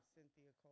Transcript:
Cynthia